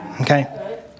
Okay